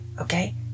Okay